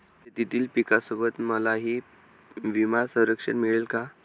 शेतीतील पिकासोबत मलाही विमा संरक्षण मिळेल का?